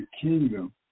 kingdom